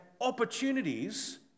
opportunities